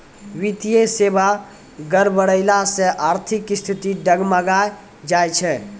वित्तीय सेबा गड़बड़ैला से आर्थिक स्थिति डगमगाय जाय छै